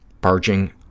barging